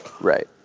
Right